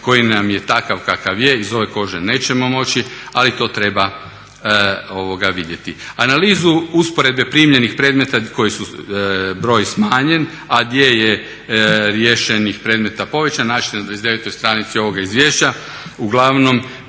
koji nam je takav kakav je, iz ove kože nećemo moći. Ali to treba vidjeti. Analizu usporedbe primljenih predmeta čiji je broj smanjen, a gdje je riješenih predmeta povećan naći ćete na 29. stranici ovoga izvješća. Uglavnom